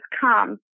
come